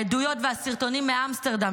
העדויות והסרטונים מאמסטרדם,